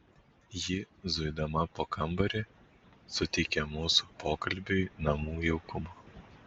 ji zuidama po kambarį suteikė mūsų pokalbiui namų jaukumo